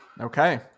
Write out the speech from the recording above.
Okay